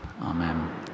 Amen